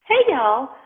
hey, y'all.